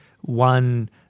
one